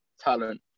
talent